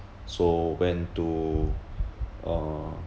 so went to uh